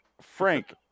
Frank